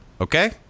Okay